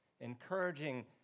encouraging